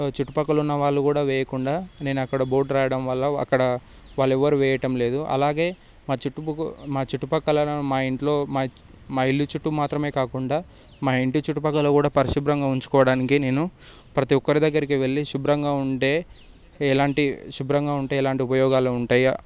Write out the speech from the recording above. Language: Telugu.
చుట్టుపక్కల ఉన్న వాళ్ళుకూడా వేయకుండా నేను అక్కడ బోర్డు రాయడం వల్ల అక్కడ వాళ్ళు ఎవరు వేయటం లేదు అలాగే మా చుట్టుపక్క మా చుట్టుపక్కలను మా ఇంట్లో మా ఇల్లు చుట్టూ మాత్రమే కాకుండా మా ఇంటి చుట్టుపక్కల కూడా పరిశుభ్రంగా ఉంచుకోవడానికి నేను ప్రతి ఒక్కరి దగ్గరికి వెళ్ళి శుభ్రంగా ఉంటే ఎలాంటి శుభ్రంగా ఉంటే ఎలాంటి ఉపయోగాలు ఉంటాయి